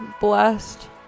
blessed